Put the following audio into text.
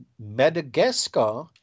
Madagascar